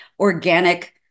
organic